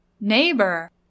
neighbor